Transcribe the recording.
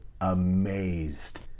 amazed